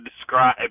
describe